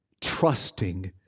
trusting